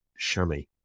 Shami